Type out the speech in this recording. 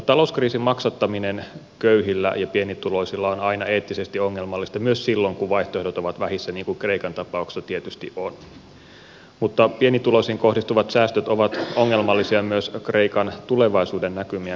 talouskriisin maksattaminen köyhillä ja pienituloisilla on aina eettisesti ongelmallista myös silloin kun vaihtoehdot ovat vähissä niin kuin kreikan tapauksessa tietysti on mutta pienituloisiin kohdistuvat säästöt ovat ongelmallisia myös kreikan tulevaisuudennäkymien kannalta